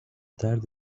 درد